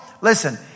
listen